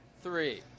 three